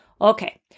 Okay